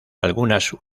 algunas